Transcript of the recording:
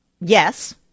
Yes